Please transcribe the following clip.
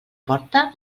porta